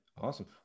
awesome